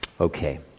Okay